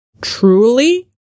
Truly